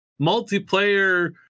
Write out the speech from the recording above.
multiplayer